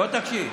בוא תקשיב,